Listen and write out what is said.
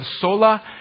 sola